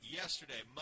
yesterday